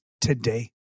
today